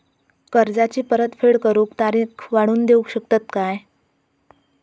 कर्जाची परत फेड करूक तारीख वाढवून देऊ शकतत काय?